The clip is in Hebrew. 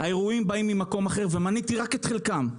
האירועים באים ממקום אחר ומניתי רק את חלקם.